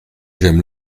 j’aime